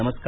नमस्कार